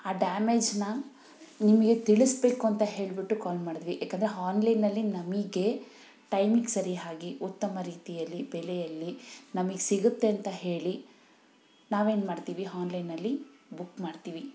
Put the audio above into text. ಆ ಡಾಮೇಜ್ನ ನಿಮಗೆ ತಿಳಿಸಬೇಕು ಅಂತ ಹೇಳಿಬಿಟ್ಟು ಕಾಲ್ ಮಾಡಿದ್ವಿ ಯಾಕಂದರೆ ಆನ್ಲೈನಲ್ಲಿ ನಮಗೆ ಟೈಮಿಗೆ ಸರಿಯಾಗಿ ಉತ್ತಮ ರೀತಿಯಲ್ಲಿ ಬೆಲೆಯಲ್ಲಿ ನಮಿಗೆ ಸಿಗುತ್ತೆ ಅಂತ ಹೇಳಿ ನಾವೇನು ಮಾಡ್ತೀವಿ ಆನ್ಲೈನಲ್ಲಿ ಬುಕ್ ಮಾಡ್ತೀವಿ